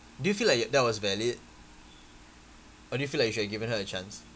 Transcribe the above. do you feel like that was valid or do you feel like you should have given her chance